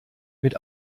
mit